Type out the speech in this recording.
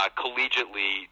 collegiately